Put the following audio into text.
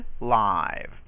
live